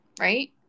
right